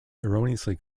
erroneously